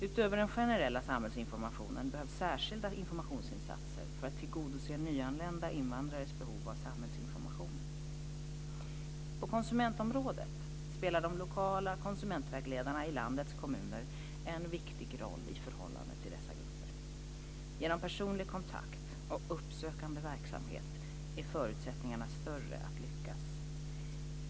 Utöver den generella samhällsinformationen behövs särskilda informationsinsatser för att tillgodose nyanlända invandrares behov av samhällsinformation . På konsumentområdet spelar de lokala konsumentvägledarna i landets kommuner en viktig roll i förhållande till dessa grupper. Genom personlig kontakt och uppsökande verksamhet är förutsättningarna större att lyckas.